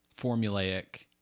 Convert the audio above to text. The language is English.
formulaic